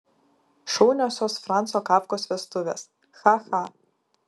šauniosios franco kafkos vestuvės cha cha